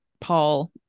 Paul